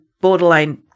borderline